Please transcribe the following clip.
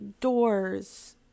doors